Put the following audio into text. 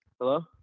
Hello